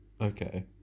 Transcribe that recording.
Okay